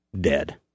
dead